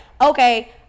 okay